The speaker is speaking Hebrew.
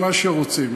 מה שרוצים.